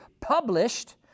published